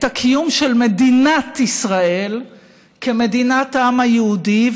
הקיום של מדינת ישראל כמדינת העם היהודי,